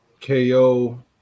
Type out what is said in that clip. KO